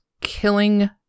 killing